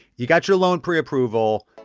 you got your loan preapproval.